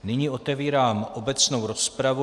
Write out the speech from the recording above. Nyní otevírám obecnou rozpravu.